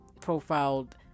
profiled